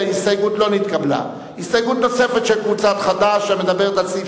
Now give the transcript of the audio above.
ההסתייגות השלישית של קבוצת סיעת חד"ש לסעיף